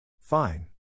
Fine